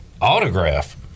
autograph